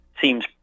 seems